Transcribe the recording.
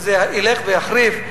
וזה ילך ויחריף,